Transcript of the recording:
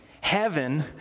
Heaven